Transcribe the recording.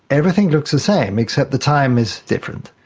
everything looks the same, except the time is different.